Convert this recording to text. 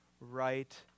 right